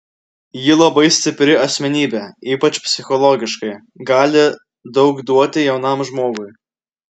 ji labai stipri asmenybė ypač psichologiškai gali daug duoti jaunam žmogui